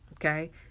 okay